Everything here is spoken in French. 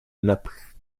naples